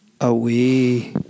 away